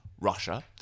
Russia